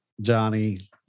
Johnny